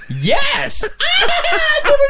Yes